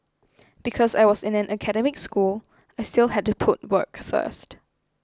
because I was in an academic school I still had to put work first